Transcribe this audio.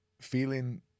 feeling